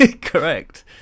Correct